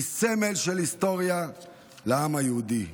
היא סמל של היסטוריה לעם היהודי,